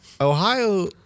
Ohio